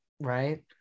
Right